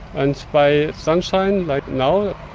and by sunshine, like now,